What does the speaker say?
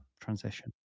transition